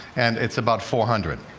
and it's about four hundred.